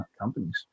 companies